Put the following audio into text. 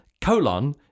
colon